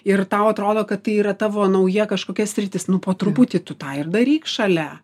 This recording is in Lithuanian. ir tau atrodo kad tai yra tavo nauja kažkokia sritis nu po truputį tu tą ir daryk šalia